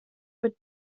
but